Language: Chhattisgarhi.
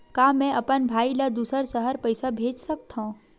का मैं अपन भाई ल दुसर शहर पईसा भेज सकथव?